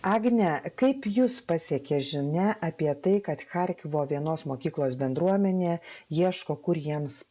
agne kaip jus pasiekė žinia apie tai kad charkivo vienos mokyklos bendruomenė ieško kur jiems